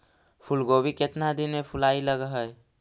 फुलगोभी केतना दिन में फुलाइ लग है?